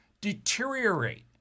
deteriorate